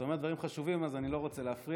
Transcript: אתה אומר דברים חשובים אז אני לא רוצה להפריע,